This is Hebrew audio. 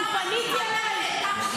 אני פניתי אלייך?